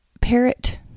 parrot